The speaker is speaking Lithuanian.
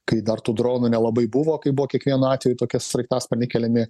kai dar tų dronų nelabai buvo kai buvo kiekvienu atveju tokie sraigtasparniai keliami